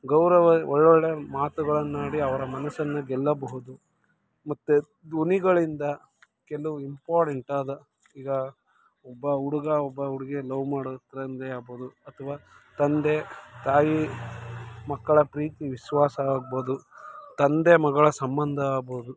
ಗೌರವ ಒಳ್ಳೊಳ್ಳೆಯ ಮಾತುಗಳನ್ನಾಡಿ ಅವರ ಮನಸ್ಸನ್ನು ಗೆಲ್ಲಬಹುದು ಮತ್ತು ಧ್ವನಿಗಳಿಂದ ಕೆಲವು ಇಂಪಾರ್ಡೆಂಟಾದ ಈಗ ಒಬ್ಬ ಹುಡುಗ ಒಬ್ಬ ಹುಡುಗಿ ಲವ್ ಮಾಡೋ ಆಗ್ಬೋದು ಅಥವಾ ತಂದೆ ತಾಯಿ ಮಕ್ಕಳ ಪ್ರೀತಿ ವಿಶ್ವಾಸ ಆಗ್ಬೋದು ತಂದೆ ಮಗಳ ಸಂಬಂಧ ಆಗ್ಬೋದು